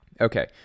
okay